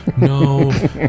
No